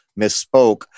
misspoke